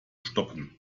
stoppen